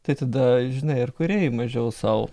tai tada žinai ir kūrėjai mažiau sau